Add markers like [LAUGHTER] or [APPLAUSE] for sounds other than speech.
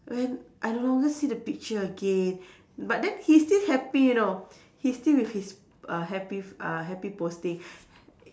when I no longer see the picture again but then he is still happy you know he's still with his uh happy f~ uh happy posting [BREATH]